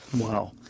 Wow